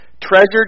Treasured